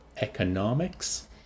economics